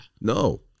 No